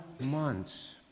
months